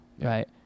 right